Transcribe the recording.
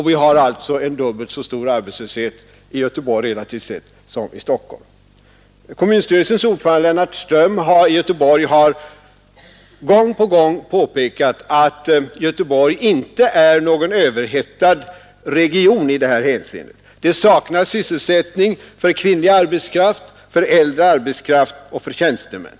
Vi har alltså en dubbelt så stor arbetslöshet i Göteborg, relativt sett, som i Stockholm. Kommunstyrelsens ordförande i Göteborg, Lennart Ström, har gång på gång påpekat att Göteborg inte är någon överhettad region i det här hänseendet. Det saknas sysselsättning för kvinnlig arbetskraft, för äldre arbetskraft och för tjänstemän.